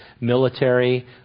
military